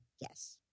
yes